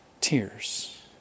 tears